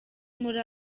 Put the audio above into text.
muri